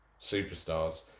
superstars